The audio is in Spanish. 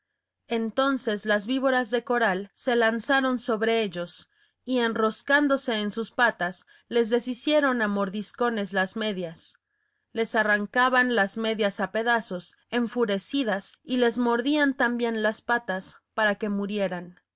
entonces las víboras de coral se lanzaron sobre ellos y enroscándose en sus patas les deshicieron a mordiscones las medias les arrancaron las medias a pedazos enfurecidas y les mordían también las patas para que murieran